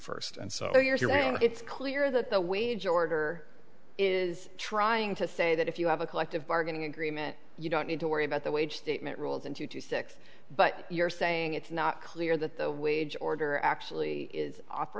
first and so you're here and it's clear that the wage order is trying to say that if you have a collective bargaining agreement you don't need to worry about the wage statement rules and you do stick but you're saying it's not clear that the wage order actually is